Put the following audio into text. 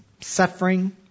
Suffering